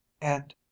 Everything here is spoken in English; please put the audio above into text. And